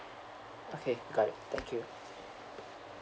okay got it thank you